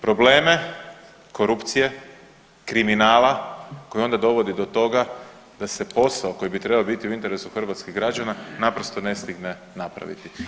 Probleme korupcije, kriminala koje onda dovodi do toga da se posao koji bi trebao biti u interesu hrvatskih građana naprosto ne stigne napraviti.